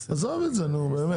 עזוב את זה, נו באמת.